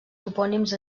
topònims